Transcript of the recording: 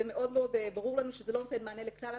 זה מאוד מאוד ברור לנו שזה לא נותן מענה לכלל הנשים,